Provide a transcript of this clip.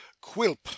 quilp